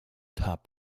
top